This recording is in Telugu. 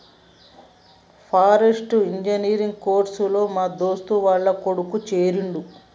ఫారెస్ట్రీ ఇంజనీర్ కోర్స్ లో మా దోస్తు వాళ్ల కొడుకు చేరిండు